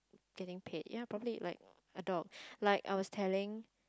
getting paid ya probably like a dog like I was telling